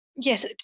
Yes